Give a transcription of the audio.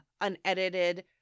unedited